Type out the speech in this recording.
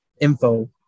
info